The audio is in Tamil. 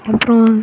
அப்றம்